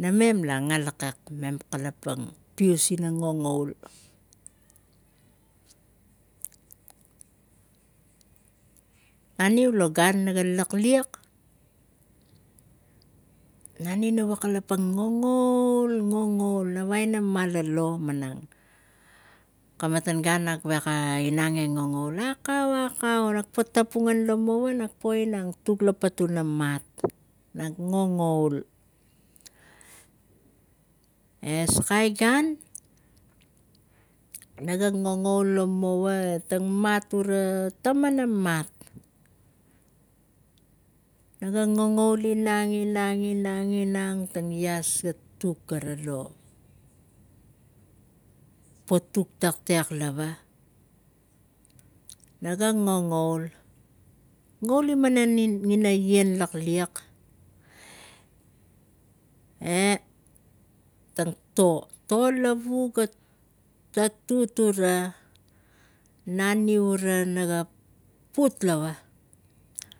namem la nga lakek mem kalapang pius ina ngongoul. Naniu lo gan naga a lak liek naniu naga kalapang ina ngongoul, ngongoul na wai ina malolo. Kamatan gan nak veko inang e ngongoul, akau akau na po tpu ngen lomoua e nak po inang lo patuna mat nak ngongoul. E sakai gan naga ngongoul lomoua e tang mat ura ga tamana mat, naga ngongoul inang, inang, inang, tang ias ga tuk gara lo ga po tuk taktek. Naga ngongouli, ngouli mana ien lak liek e tang to lavu ga tuk ga tut ura naniu ura put lava.